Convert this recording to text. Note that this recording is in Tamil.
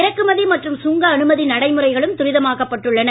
இறக்குமதி மற்றும் சுங்க அனுமதி நடைமுறைகளும் துரிதமாக்கப்பட்டுள்ளன